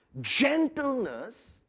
Gentleness